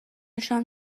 شام